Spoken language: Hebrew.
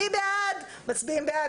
מי בעד?" מצביעים בעד,